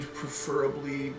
preferably